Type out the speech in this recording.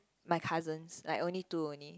my cousins like only two only